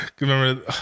Remember